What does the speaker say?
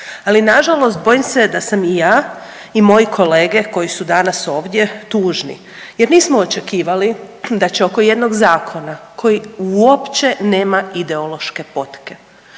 Ali na žalost bojim se da sam i ja i moji kolege koji su danas ovdje tužni jer nismo očekivali da će oko jednog zakona koji uopće nema ideološke potke,